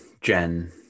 Jen